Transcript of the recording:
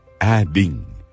adding